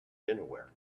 dinnerware